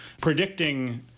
Predicting